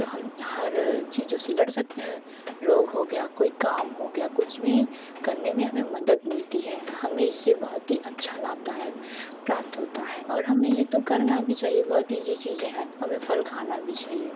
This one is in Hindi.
तो हम हर चीज़ों से लड़ सकते हैं रोग हो गया कोई काम हो गया कुछ भी करने में हमें मदद मिलती है हमें इससे बहुत ही अच्छा लाभदायक प्राप्त होता है और हमें यह तो करना भी चाहिए बहुत ईजी चीज़ें हैं हमें फल खाना भी चाहिए